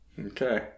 Okay